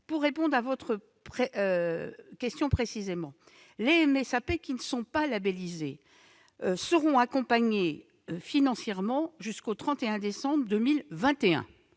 Pour répondre à votre question, les MSAP qui n'ont pas été labellisées seront accompagnées financièrement jusqu'au 31 décembre 2021.